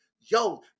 yo